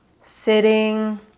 sitting